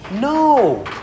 No